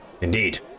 Indeed